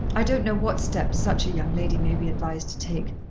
i don't know what steps such a young lady may be advised to take.